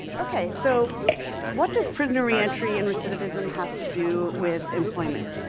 okay, so what does prisoner reentry and recidivism have to do with employment?